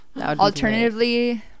Alternatively